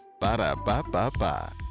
Ba-da-ba-ba-ba